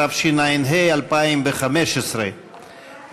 התשע"ה 2015,